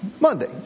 Monday